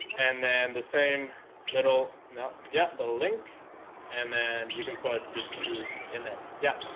and then the same little no, yeah the link and then you can put just two in there yeah,